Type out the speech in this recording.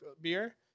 beer